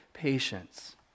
patience